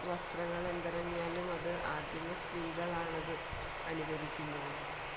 വസ്ത്രങ്ങളെന്തിറങ്ങിയാലും അത് ആദ്യമേ സ്ത്രീകളാണത് അനുകരിക്കുന്നത്